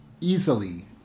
easily